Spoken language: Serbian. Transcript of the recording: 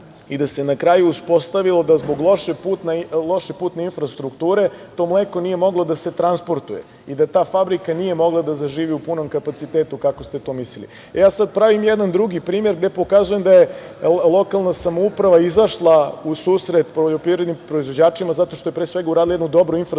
i da se na kraju uspostavilo da zbog loše putne infrastrukture to mleko nije moglo da se transportuje i da ta fabrika nije mogla da zaživi u punom kapacitetu, kako ste to mislili. Sada pravim jedan drugi primer, gde pokazujem da je lokalna samouprava izašla u susret poljoprivrednim proizvođačima zato što je pre svega uradila jednu dobru infrastrukturu